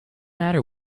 matter